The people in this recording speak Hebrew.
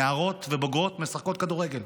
נערות ובוגרות, משחקות כדורגל.